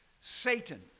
Satan